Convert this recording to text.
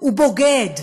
הוא בוגד,